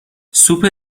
سوپ